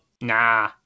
Nah